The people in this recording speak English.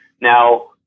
Now